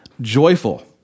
joyful